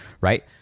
right